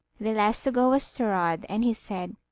the last to go was thorodd, and he said,